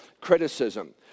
criticism